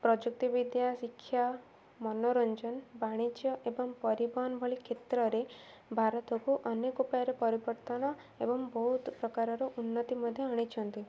ପ୍ରଯୁକ୍ତି ବିଦ୍ୟା ଶିକ୍ଷା ମନୋରଞ୍ଜନ ବାଣିଜ୍ୟ ଏବଂ ପରିବହନ ଭଳି କ୍ଷେତ୍ରରେ ଭାରତକୁ ଅନେକ ଉପାୟରେ ପରିବର୍ତ୍ତନ ଏବଂ ବହୁତ ପ୍ରକାରର ଉନ୍ନତି ମଧ୍ୟ ଆଣିଛନ୍ତି